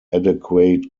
adequate